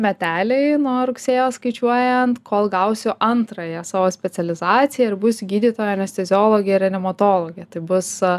meteliai nuo rugsėjo skaičiuojant kol gausiu antrąją savo specializaciją ir būsiu gydytoja anesteziologė reanimatologė tai bus